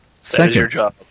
Second